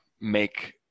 make